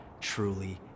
truly